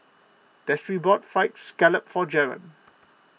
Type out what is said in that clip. Destry bought Fried Scallop for Jaron